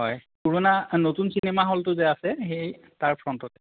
হয় পুৰণা নতুন চিনেমা হ'টো যে আছে সেই তাৰ ফ্ৰণ্টত